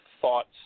thoughts